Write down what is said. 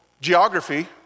geography